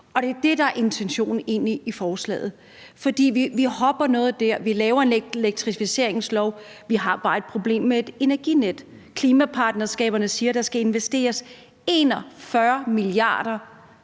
egentlig det, der er intentionen med forslaget. Vi hopper noget der, når vi laver en elektrificeringslov, for vi har et problem med et energinet. Klimapartnerskaberne siger, at der skal investeres 41 mia. kr.